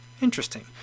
interesting